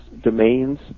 domains